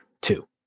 two